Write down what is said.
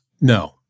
No